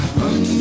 run